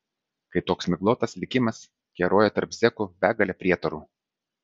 kai toks miglotas likimas keroja tarp zekų begalė prietarų